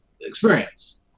experience